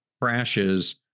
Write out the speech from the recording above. crashes